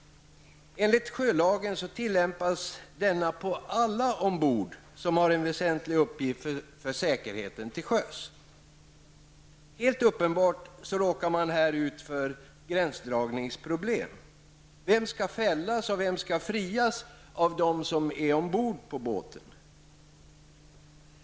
Enligt sjölagen tillämpas denna på alla ombord som har en väsentlig betydelse för säkerheten till sjöss. Helt uppenbart råkar man här ut för gränsdragningsproblem. Vem skall fällas och vem skall frias av dem som är ombord på båten?